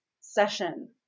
session